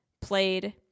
played